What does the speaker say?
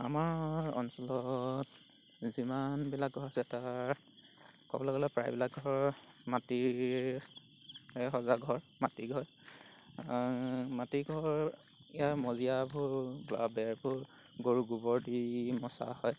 আমাৰ অঞ্চলত যিমানবিলাক ঘৰ আছে তাৰ ক'বলৈ গ'লে প্ৰায়বিলাক ঘৰ মাটিৰে সজা ঘৰ মাটি ঘৰ মাটি ঘৰ ইয়াৰ মজিয়াবোৰ বা বেৰবোৰ গৰু গোবৰ দি মচা হয়